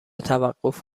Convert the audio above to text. توقف